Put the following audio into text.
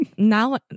Now